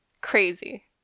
Crazy